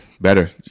better